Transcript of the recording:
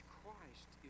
Christ